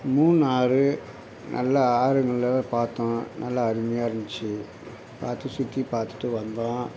மூணாறு நல்லா ஆறுங்களை பார்த்தோம் நல்லா அருமையாக இருந்துச்சு பார்த்து சுற்றிப் பார்த்துட்டு வந்தோம்